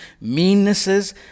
meannesses